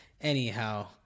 anyhow